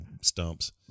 stumps